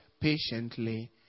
patiently